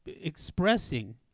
expressing